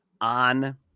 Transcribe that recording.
on